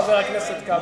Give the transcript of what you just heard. חבר הכנסת כבל,